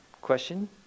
Question